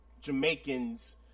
Jamaicans